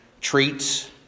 treats